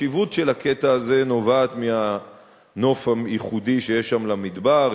החשיבות של הקטע הזה נובעת מהנוף הייחודי שיש שם למדבר,